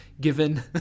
given